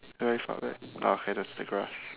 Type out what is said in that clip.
very far back ah okay that's the grass